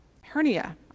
hernia